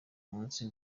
munsi